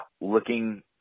looking